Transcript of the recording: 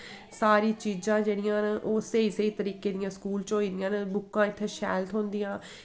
सारी चीजां जेह्ड़ियां न ओह् स्हेई स्हेई तरीके दियां स्कूल च होई दियां न बुक्कां इत्थै शैल थ्होंदियां